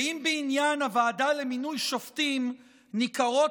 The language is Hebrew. ואם בעניין הוועדה למינוי שופטים ניכרות